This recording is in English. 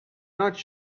not